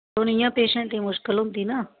हून इ'यां पेशैंटें गी मुश्कल होंदी ना